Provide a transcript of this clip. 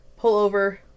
pullover